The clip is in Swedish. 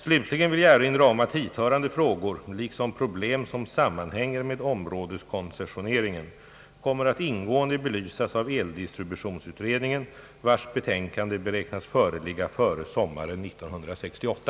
Slutligen vill jag erinra om att hithörande frågor liksom problem som sammanhänger med områdeskoncessioneringen kommer att ingående belysas av eldistributionsutredningen, vars betänkande beräknas föreligga före sommaren 1968.